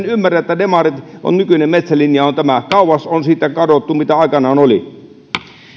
ymmärrä että demareitten nykyinen metsälinja on tämä kauas on siitä kadottu mitä aikanaan oli